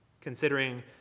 considering